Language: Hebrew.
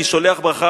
אני שולח ברכה,